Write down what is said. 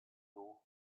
door